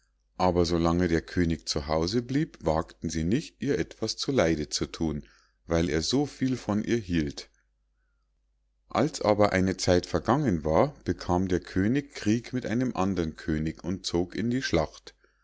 aber so lange der könig zu hause blieb wagten sie nicht ihr etwas zu leide zu thun weil er so viel von ihr hielt als aber eine zeit vergangen war bekam der könig krieg mit einem andern könig und zog in die schlacht